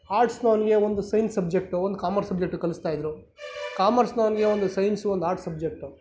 ಆರ್ಟ್ಸ್ನವನಿಗೆ ಒಂದು science subject ಒಂದು commerce subject ಕಲಿಸ್ತಾಯಿದ್ರು ಕಾಮರ್ಸ್ನವನಿಗೆ ಒಂದು ಸೈನ್ಸ್ ಒಂದು ಆರ್ಟ್ಸ್ ಸಬ್ಜೆಕ್ಟ್